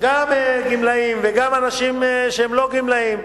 גם גמלאים וגם אנשים שהם לא גמלאים,